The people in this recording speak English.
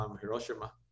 Hiroshima